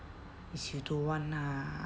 it's you don't want ah